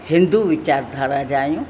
हिंदू विचारधारा जा आहियूं